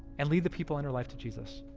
and lead the people in your life to jesus.